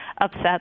upset